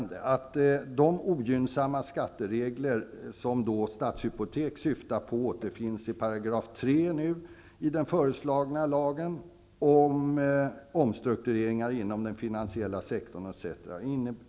De ogynnsamma skatteregler som Stadshypotek syftar på återfinns i 3 § i den föreslagna lagen om omstruktureringer inom den finansiella sektorn.